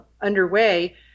underway